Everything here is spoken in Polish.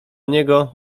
niego